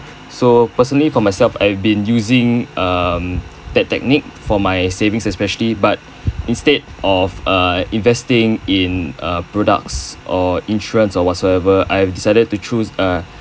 so personally for myself I have been using um that technique for my savings especially but instead of uh investing in uh products or insurance or what so ever I have decided to choose uh